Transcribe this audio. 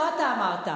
לא אתה אמרת,